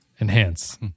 Enhance